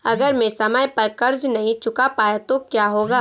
अगर मैं समय पर कर्ज़ नहीं चुका पाया तो क्या होगा?